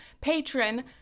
patron